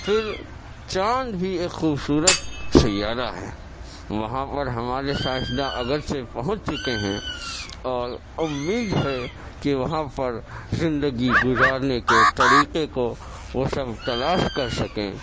پھر چاند ہی ایک خوبصورت سیارہ ہے وہاں پر ہمارے سائنسداں اگر صرف پہنچ چکے ہیں اور امید ہے کہ وہاں پر زندگی گزارنے کے طریقہ کو وہ سب تلاش کر سکیں